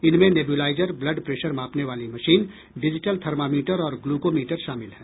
इनमें nebuliser blood pressure मापने वाली मशीन डिजिटल थर्मामीटर और ग्लूकोमीटर शामिल हैं